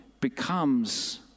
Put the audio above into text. becomes